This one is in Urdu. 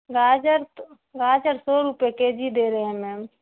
گاجر تو گاجر سو روپئے کے جی دے رہے ہیں میم